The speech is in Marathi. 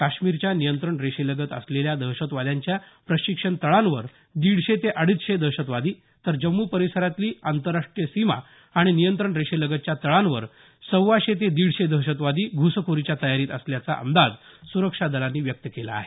काश्मीरच्या नियंत्रण रेषेलगत असलेल्या दहशतवाद्यांच्या प्रशिक्षण तळांवर दीडशे ते अडीचशे दहशतवादी तर जम्मू परिसरातली आंतरराष्ट्रीय सीमा आणि नियंत्रण रेषेलगतच्या तळांवर सव्वाशे ते दीडशे दहशतवादी घुसखोरीच्या तयारीत असल्याचा अंदाज स्रक्षा दलांनी व्यक्त केला आहे